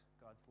God's